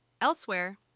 Elsewhere